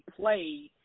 played